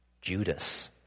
Judas